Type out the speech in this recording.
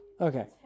Okay